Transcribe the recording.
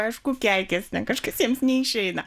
aišku keikiasi kažkas jiems neišeina